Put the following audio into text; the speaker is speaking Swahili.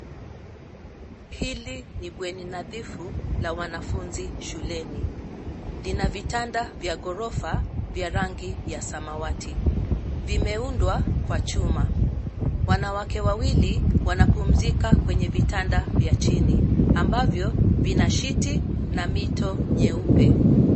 Hili ni bweni nadhifu la wanafunzi shuleni. Lina vitanda vya ghorofa vya rangi ya samawati. Vimeundwa kwa chuma. Wanawake wawili wanapumzika kwenye vitanda vya chini ambavyo vina shiti na mito nyeupe.